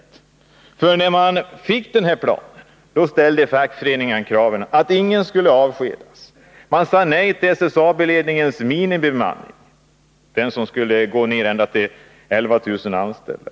När fackföreningarna fick denna plan, ställde de kravet att inga skulle avskedas. Fackföreningarna sade nej till SSAB-ledningens minimibemanning, enligt vilken man skulle gå ned ända till 11 000 anställda.